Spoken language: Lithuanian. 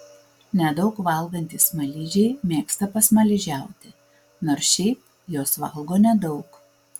nedaug valgantys smaližiai mėgsta pasmaližiauti nors šiaip jos valgo nedaug